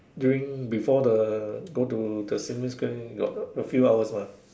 during before the go to the Sim-Lim-Square got a few hours mah